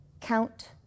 count